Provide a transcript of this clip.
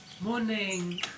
Morning